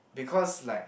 because like